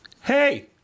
hey